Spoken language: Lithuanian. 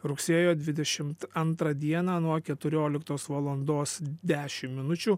rugsėjo dvidešimt antrą dieną nuo keturioliktos valandos dešim minučių